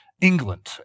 England